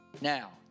Now